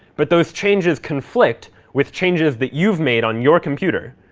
but those changes conflict with changes that you've made on your computer,